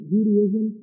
Judaism